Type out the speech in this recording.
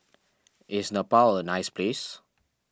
is Nepal a nice place